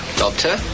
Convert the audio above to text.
doctor